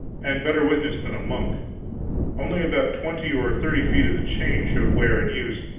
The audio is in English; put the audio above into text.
and better witness than a monk only about twenty or thirty feet of the chain showed wear and use,